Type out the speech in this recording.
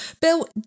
Bill